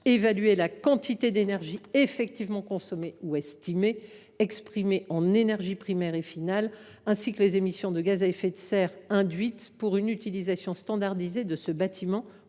comporte la quantité d’énergie effectivement consommée ou estimée, exprimée en énergie primaire et finale, ainsi que les émissions de gaz à effet de serre induites, pour une utilisation standardisée du bâtiment